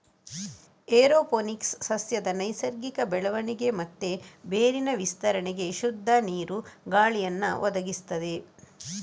aeroponics ಸಸ್ಯದ ನೈಸರ್ಗಿಕ ಬೆಳವಣಿಗೆ ಮತ್ತೆ ಬೇರಿನ ವಿಸ್ತರಣೆಗೆ ಶುದ್ಧ ನೀರು, ಗಾಳಿಯನ್ನ ಒದಗಿಸ್ತದೆ